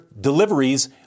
deliveries